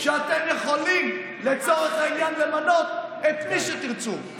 שאתם יכולים, לצורך העניין, למנות את מי שתרצו.